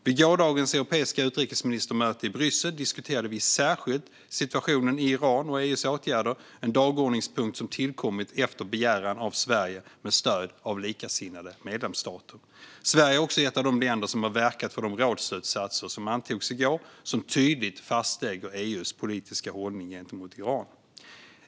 Vid gårdagens europeiska utrikesministermöte i Bryssel diskuterade vi särskilt situationen i Iran och EU:s åtgärder - en dagordningspunkt som tillkommit efter begäran av Sverige med stöd av likasinnade medlemsstater. Sverige är också ett av de länder som har verkat för de rådsslutsatser som antogs i går och som tydligt fastlägger EU:s politiska hållning gentemot Iran.